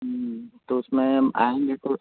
तो उसमें हम आएँगे तो